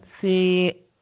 see